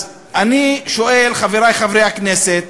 אני שואל, חברי חברי הכנסת,